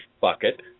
bucket